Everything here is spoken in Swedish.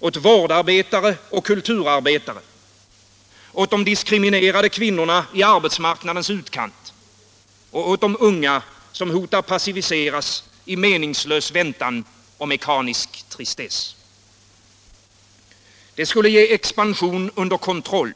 Åt vårdarbetare och kulturarbetare. Åt de diskriminerade kvinnorna i arbetsmarknadens utkant. Åt de unga, som hotar att passiviseras i meningslös väntan eller mekanisk tristess. Det skulle ge expansion under kontroll.